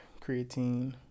creatine